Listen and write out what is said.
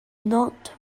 not